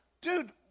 dude